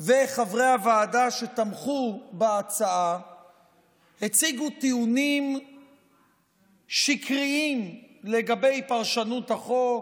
וחברי הוועדה שתמכו בהצעה הציגו טיעונים שקריים לגבי פרשנות החוק,